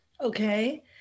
Okay